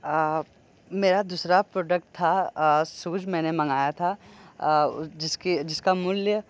मेरा दूसरा प्रोडक्ट था आ शूज मैंने मंगाया था जिसके जिसका मूल्य